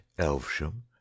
Elvesham